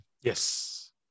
Yes